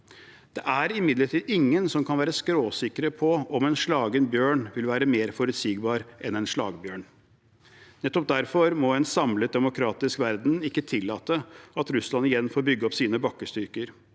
Det er imidlertid ingen som kan være skråsikre på om en slagen bjørn vil være mer forutsigbar enn en slagbjørn. Derfor må en samlet demokratisk verden ikke tillate at Russland igjen får bygge opp sine bakkestyrker.